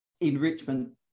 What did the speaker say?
enrichment